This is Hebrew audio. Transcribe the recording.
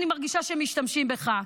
אני מרגישה שמשתמשים בך,